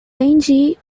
angie